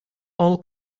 all